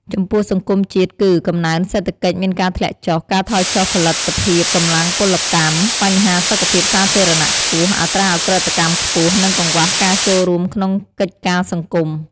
ចំពោះសង្គមជាតិគឺ កំណើនសេដ្ឋកិច្ចមានការធ្លាក់ចុះ ការថយចុះផលិតភាពកម្លាំងពលកម្ម បញ្ហាសុខភាពសាធារណៈខ្ពស់ អត្រាឧក្រិដ្ឋកម្មខ្ពស់ និងកង្វះការចូលរួមក្នុងកិច្ចការសង្គម។